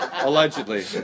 Allegedly